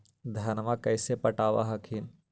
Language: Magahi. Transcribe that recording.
धन्मा कैसे पटब हखिन?